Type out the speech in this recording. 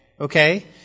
okay